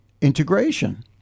integration